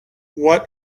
what